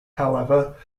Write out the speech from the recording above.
however